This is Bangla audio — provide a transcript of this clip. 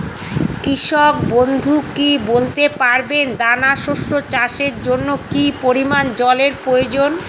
কৃষক বন্ধু কি বলতে পারবেন দানা শস্য চাষের জন্য কি পরিমান জলের প্রয়োজন?